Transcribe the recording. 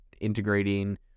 integrating